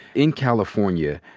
in california,